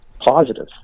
positive